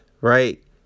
right